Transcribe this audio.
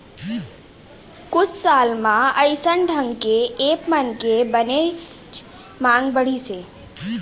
कुछ साल म अइसन ढंग के ऐप मन के बनेच मांग बढ़िस हे